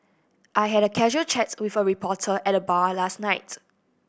I had a casual chat with a reporter at the bar last night